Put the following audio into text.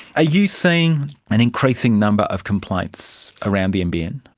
ah you seeing an increasing number of complaints around the nbn?